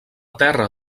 terra